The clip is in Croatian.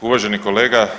Uvaženi kolega.